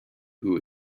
who